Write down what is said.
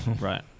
Right